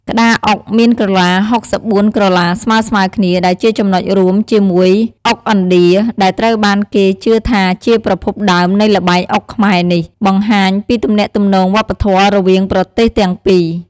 ក្តារអុកមានក្រឡា ៦៤ ក្រឡាស្មើៗគ្នា ដែលជាចំណុចរួមជាមួយអុកឥណ្ឌា ដែលត្រូវបានគេជឿថាជាប្រភពដើមនៃល្បែងអុកខ្មែរនេះ បង្ហាញពីទំនាក់ទំនងវប្បធម៌រវាងប្រទេសទាំងពីរ។